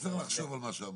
לחשוב על מה שאמרנו.